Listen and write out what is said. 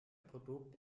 produkt